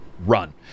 run